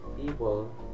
people